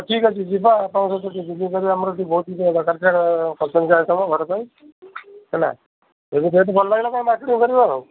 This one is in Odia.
ହଉ ଠିକ୍ ଯିବା ଆପଣଙ୍କ ସହିତ ଟିକେ ଯିବୁ ଆମର ଟିକେ ବହୁତ ଦରକାର ଘର ପାଇଁ ହେଲା କରିବ ଆଉ